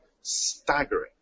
staggering